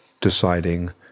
deciding